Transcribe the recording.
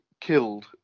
killed